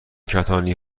کتانی